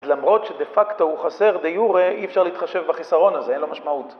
למרות שדה פקטו הוא חסר, דה יורה אי אפשר להתחשב בחיסרון הזה, אין לו משמעות.